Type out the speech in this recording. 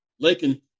Lakin